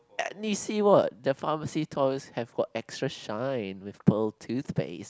let me see what the pharmacy toys have got extra shine with pearl toothpaste